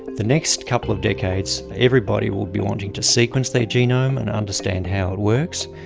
the next couple of decades, everybody will be wanting to sequence their genome and understand how it works.